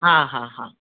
हा हा हा हा